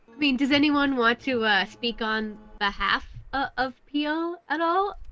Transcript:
mean does anyone want to speak on behalf of peele at all?